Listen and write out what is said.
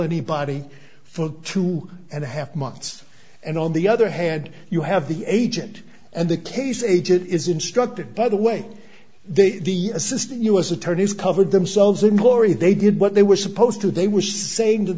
anybody for two and a half months and on the other hand you have the agent and the case aged is instructed by the way the assistant u s attorneys covered themselves in glory they did what they were supposed to they was saying t